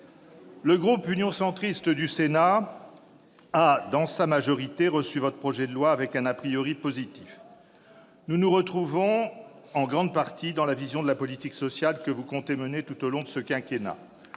le groupe Union Centriste du Sénat a reçu votre projet de loi avec un positif. En effet, nous nous retrouvons en grande partie dans la vision de la politique sociale que vous comptez mener tout au long de ce quinquennat.